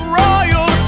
royal